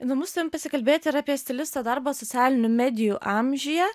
įdomu su tavim pasikalbėti ir apie stilisto darbą socialinių medijų amžiuje